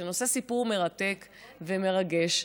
שנושא סיפור מרתק ומרגש.